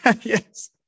yes